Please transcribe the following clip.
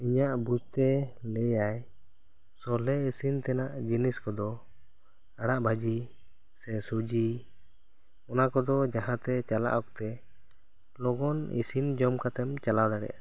ᱤᱧᱟᱹᱜ ᱵᱩᱡᱽᱛᱮ ᱞᱟᱹᱭᱟᱭ ᱥᱚᱞᱦᱮ ᱤᱥᱤᱱ ᱛᱮᱱᱟᱜ ᱡᱤᱱᱤᱥ ᱠᱚ ᱫᱚ ᱟᱲᱟᱜ ᱵᱷᱟᱹᱡᱤ ᱥᱮ ᱥᱩᱡᱤ ᱚᱱᱟᱠᱚᱫᱚ ᱡᱟᱦᱟᱸ ᱛᱮ ᱪᱟᱞᱟᱜ ᱚᱠᱛᱮ ᱞᱚᱜᱚᱱ ᱤᱥᱤᱱ ᱡᱚᱢ ᱠᱟᱛᱮᱢ ᱪᱟᱞᱟᱣ ᱫᱟᱲᱮᱭᱟᱜᱼᱟ